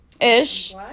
ish